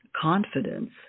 confidence